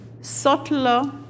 subtler